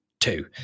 two